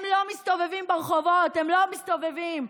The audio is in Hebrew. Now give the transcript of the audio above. הם לא מסתובבים ברחובות, הם לא מסתובבים.